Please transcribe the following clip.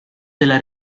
della